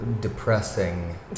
depressing